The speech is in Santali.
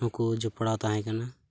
ᱱᱩᱠᱩ ᱡᱚᱯᱲᱟᱣ ᱛᱟᱦᱮᱸ ᱠᱟᱱᱟ